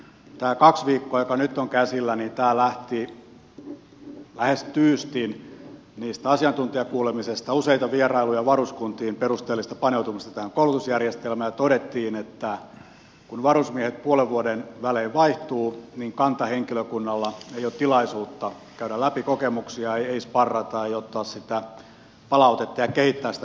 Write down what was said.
tämä kaksi viikkoa joka nyt on käsillä lähti lähes tyystin niistä asiantuntijakuulemisista useita vierailuja varuskuntiin perusteellista paneutumista tähän koulutusjärjestelmään ja todettiin että kun varusmiehet puolen vuoden välein vaihtuvat niin kantahenkilökunnalla ei ole tilaisuutta käytä läpi kokemuksiaan ei sparrata ja ottaa sitä palautetta ja kehittää sitä toimintaa